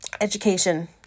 education